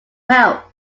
help